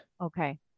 okay